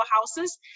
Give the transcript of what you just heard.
houses